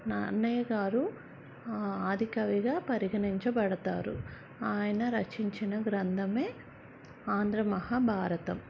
నన్నయ్య గారు ఆదికవిగా పరిగణించబడతారు ఆయన రచించిన గ్రంధమే ఆంధ్ర మహాభారతం